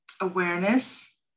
awareness